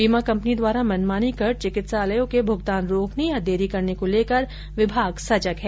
बीमा कंपनी द्वारा मनमानी कर चिकित्सालयों के भूगतान रोकने या देरी करने को लेकर विभाग सजग है